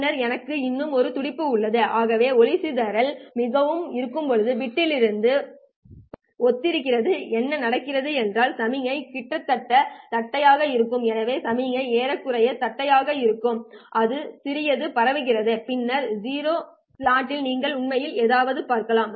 பின்னர் எனக்கு இன்னும் ஒரு துடிப்பு உள்ளது எனவே வண்ண சிதறல் மிகவும் இருக்கும்போது பிட்டிற்கு ஒத்திருக்கிறது என்ன நடக்கிறது என்றால் சமிக்ஞை கிட்டத்தட்ட தட்டையாக இருக்கும் எனவே சமிக்ஞை ஏறக்குறைய தட்டையாக இருக்கும் அது சிறிது பரவியிருக்கும் பின்னர் 0 ஸ்லாட்டில் நீங்கள் உண்மையில் ஏதாவது பார்க்கலாம்